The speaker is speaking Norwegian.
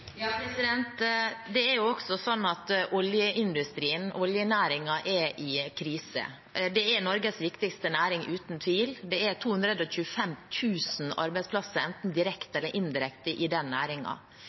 Det er jo også sånn at oljeindustrien og oljenæringen er i en krise. Det er uten tvil Norges viktigste næring. Det er 225 000 arbeidsplasser, enten direkte